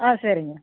ஆ சரிங்க